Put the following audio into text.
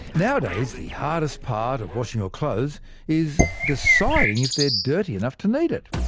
nowadays, the hardest part of washing your clothes is deciding if they're dirty enough to need it.